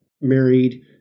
married